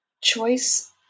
choice